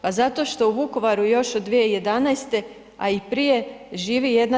Pa zato što u Vukovaru još od 2011. a i prije živi 1/